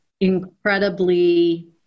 incredibly